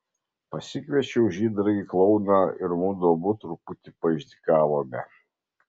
pasikviečiau žydrąjį klouną ir mudu abu truputį paišdykavome